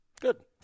Good